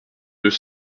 deux